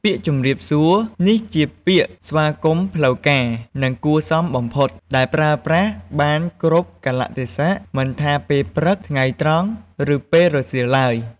ពាក្យជម្រាបសួរ នេះគឺជាពាក្យស្វាគមន៍ផ្លូវការ និងគួរសមបំផុត ដែលប្រើប្រាស់បានគ្រប់កាលៈទេសៈ មិនថាពេលព្រឹក ថ្ងៃត្រង់ ឬពេលល្ងាចឡើយ។